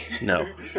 No